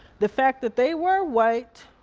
the fact that they were white,